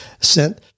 sent